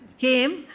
came